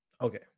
Okay